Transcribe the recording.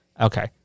Okay